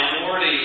minority